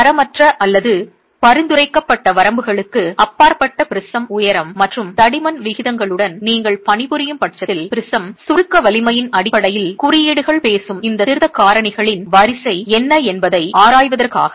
தரமற்ற அல்லது பரிந்துரைக்கப்பட்ட வரம்புகளுக்கு அப்பாற்பட்ட ப்ரிஸம் உயரம் மற்றும் தடிமன் விகிதங்களுடன் நீங்கள் பணிபுரியும் பட்சத்தில் ப்ரிஸம் சுருக்க வலிமையின் அடிப்படையில் குறியீடுகள் பேசும் இந்த திருத்தக் காரணிகளின் வரிசை என்ன என்பதை ஆராய்வதற்காக